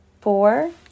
four